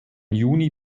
juni